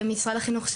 למשרד החינוך,